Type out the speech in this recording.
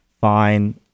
fine